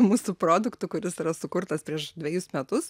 mūsų produktu kuris yra sukurtas prieš dvejus metus